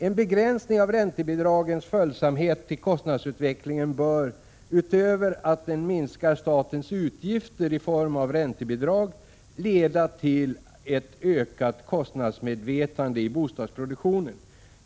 En begränsning av räntebidragens följsamhet till kostnadsutvecklingen bör, utöver att den minskar statens utgifter i form av räntebidrag, leda till ett ökat kostnadsmedvetande i bostadsproduktionen.